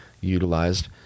utilized